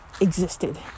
existed